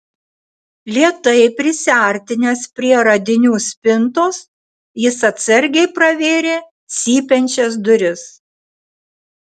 lėtai prisiartinęs prie radinių spintos jis atsargiai pravėrė cypiančias duris